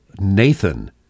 Nathan